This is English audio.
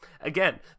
again